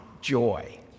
joy